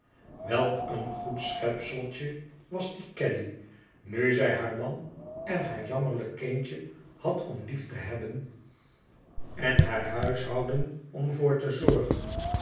welk een goed schepseltje was die caddy nu zij haar man en haar jammerlijk kindje had om lief te hebben en haar huishouden om voor te zorgen